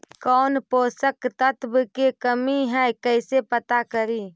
कौन पोषक तत्ब के कमी है कैसे पता करि?